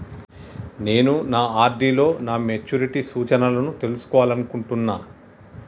నేను నా ఆర్.డి లో నా మెచ్యూరిటీ సూచనలను తెలుసుకోవాలనుకుంటున్నా